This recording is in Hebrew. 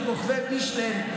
של כוכבי מישלן.